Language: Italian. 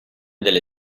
delle